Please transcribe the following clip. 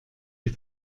die